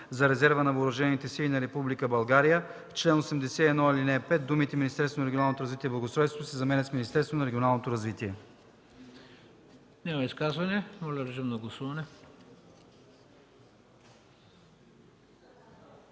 за резерва на въоръжените сили на Република България в чл. 81, ал. 5 думите „Министерството на регионалното развитие и благоустройството” се заменят с „Министерството на регионалното развитие”.”